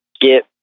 get